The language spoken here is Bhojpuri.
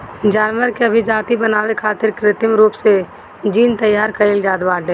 जानवर के अभिजाति बनावे खातिर कृत्रिम रूप से जीन तैयार कईल जात बाटे